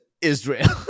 Israel